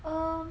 um